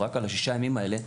רק על ששת הימים האלה,